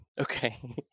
Okay